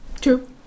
true